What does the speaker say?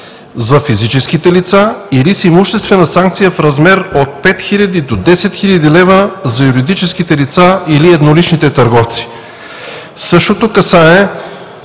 за физическите лица или с имуществена санкция в размер от 5000 до 10 000 лв. за юридическите лица или едноличните търговци.“ Същото касае